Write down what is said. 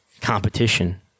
competition